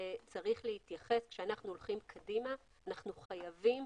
שכאשר נחנו הולכים קדימה אנחנו חייבים